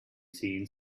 seen